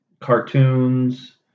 cartoons